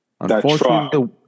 Unfortunately